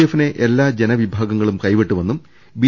എഫിനെ എല്ലാ ജന വിഭാഗങ്ങളും കൈവിട്ടുവെന്നും ബി